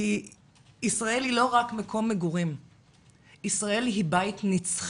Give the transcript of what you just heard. כי ישראל היא לא מקום מגורים ישראל היא בית נצחי.